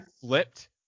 flipped